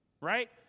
right